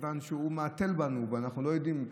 מכיוון שהמצב מהתל בנו ואנחנו לא יודעים.